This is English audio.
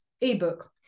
ebook